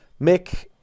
Mick